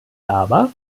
aber